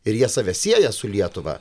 ir jie save sieja su lietuva